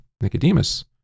Nicodemus